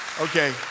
Okay